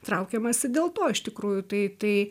traukiamasi dėl to iš tikrųjų tai tai